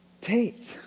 Take